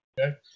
Okay